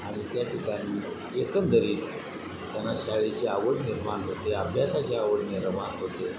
आणि त्या ठिकाणी एकंदरीत त्यांना शाळेची आवड निर्माण होते अभ्यासाची आवड निर्माण होते